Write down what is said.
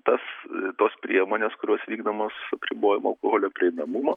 tas tos priemonės kurios vykdomos apribojimo alkoholio prieinamumo